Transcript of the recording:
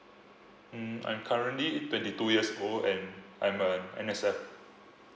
mm I'm currently twenty two years old and I'm a N_S_F